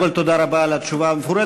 קודם כול, תודה רבה על התשובה המפורטת.